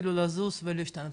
יתחילו לזוז ולהשתנות.